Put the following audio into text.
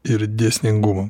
ir dėsningumam